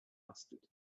mustard